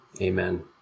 Amen